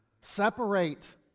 Separate